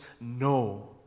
no